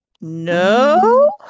No